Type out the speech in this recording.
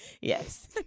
Yes